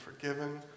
forgiven